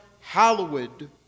hallowed